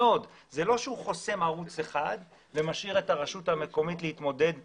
זה לא שאנחנו חוסמים ערוצים ומשאירים את הרשות להתמודד לבדה.